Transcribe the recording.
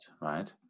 right